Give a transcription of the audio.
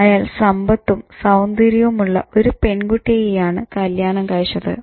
അയാൾ സമ്പത്തും സൌന്ദര്യവും ഉള്ള ഒരു പെൺകുട്ടിയെയാണ് കല്യാണം കഴിച്ചത്